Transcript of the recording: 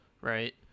right